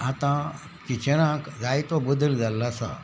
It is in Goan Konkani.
आतां किचनाक जाय तो बदल जाल्लो आसा